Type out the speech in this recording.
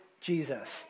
Jesus